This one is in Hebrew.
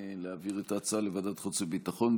להעביר את ההצעה לוועדת חוץ וביטחון,